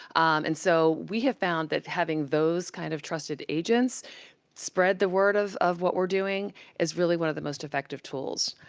and so, we have found that having those kind of trusted agents spread the word of of what we're doing is really one of the most effective tools.